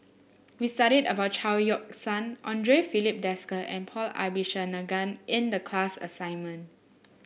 we studied about Chao Yoke San Andre Filipe Desker and Paul Abisheganaden in the class assignment